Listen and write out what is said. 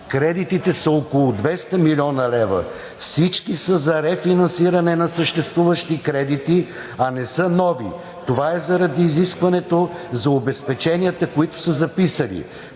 Кредитите са около 200 млн. лв. – всички са за рефинансиране на съществуващи кредити, а не са нови. Това е заради изискването за обезпеченията, които са записали.